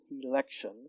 election